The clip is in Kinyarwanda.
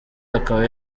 akaba